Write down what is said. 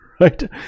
right